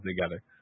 together